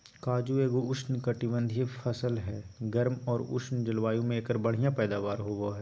काजू एगो उष्णकटिबंधीय फसल हय, गर्म आर उष्ण जलवायु मे एकर बढ़िया पैदावार होबो हय